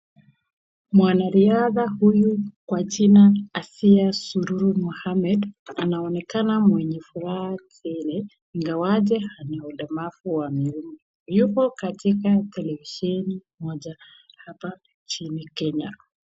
Mwana riadha huyu kwa jina Asiya S Suluhu Muhammed anaonekana mwenye furaha tele ingawaje ako na ulemavu wa mguu. Yuko katika katika televisheni moja hapa nchini Kenya.